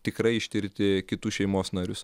tikrai ištirti kitus šeimos narius